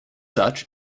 such